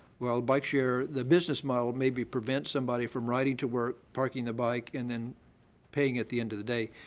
while bike share, the business model maybe prevents somebody from riding to work, parking their bike and then paying at the end of the day,